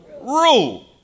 Rule